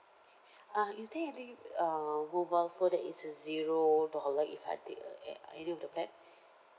okay uh is there any uh mobile phone that is a zero dollar if I take uh at uh any of the plan